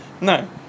No